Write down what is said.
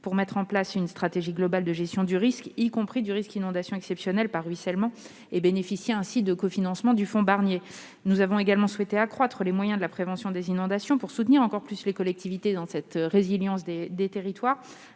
pour mettre en place une stratégie globale de gestion du risque, y compris du risque inondation exceptionnelle par ruissellement, et bénéficier ainsi d'un cofinancement du fonds Barnier. Nous avons également souhaité accroître les moyens de la prévention des inondations pour soutenir encore plus les collectivités dans cette résilience des territoires.